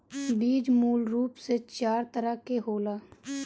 बीज मूल रूप से चार तरह के होला